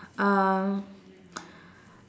um